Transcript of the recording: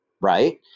right